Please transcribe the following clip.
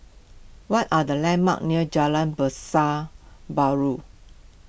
what are the landmarks near Jalan Pasar Baru